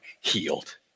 healed